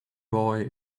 boy